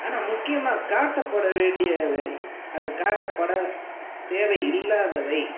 ஆனால் முக்கியமாக காட்டப்பட வேண்டியவை அதை காட்டப்பட தேவை இல்லாதவை